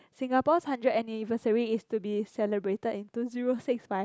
Singapore's hundred anniversary is to be celebrated in two zero six five